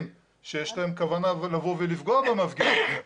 שיש להם כוונה לבוא ולפגוע במפגינים.